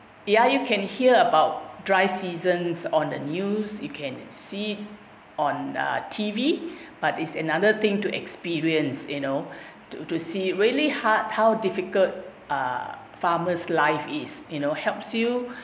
yeah you can hear about dry seasons on the news you can see on uh T_V but it's another thing to experience you know to to see really hard how difficult uh farmer's life is you know helps you